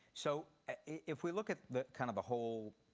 so if we look at the kind of a whole